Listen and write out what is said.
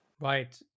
Right